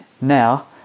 now